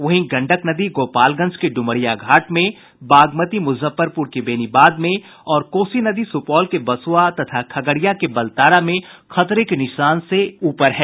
वहीं गंडक नदी गोपालगंज के डुमरिया घाट में बागमती मुजफ्फरपुर के बेनीबाद में और कोसी नदी सुपौल के बसुआ तथा खगड़िया के बलतारा में खतरे के निशान से ऊपर है